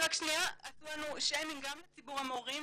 עשו לנו שיימינג גם לציבור המורים